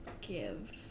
give